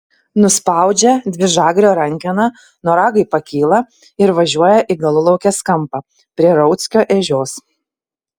nuspaudžia dvižagrio rankeną noragai pakyla ir važiuoja į galulaukės kampą prie rauckio ežios